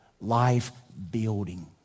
life-building